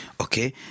okay